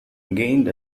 gained